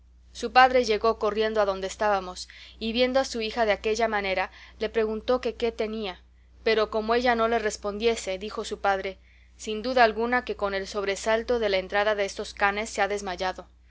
su padre llegó corriendo adonde estábamos y viendo a su hija de aquella manera le preguntó que qué tenía pero como ella no le respondiese dijo su padre sin duda alguna que con el sobresalto de la entrada de estos canes se ha desmayado